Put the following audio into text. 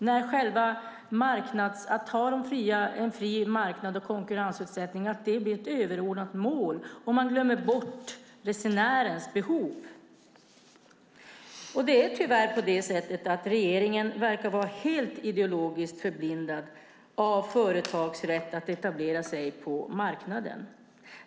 Det är när en fri marknad och konkurrensutsättning blir ett överordnat mål och man glömmer bort resenärens behov. Tyvärr verkar regeringen vara helt ideologiskt förblindad av företags rätt att etablera sig på marknaden.